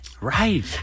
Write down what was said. Right